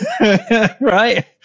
right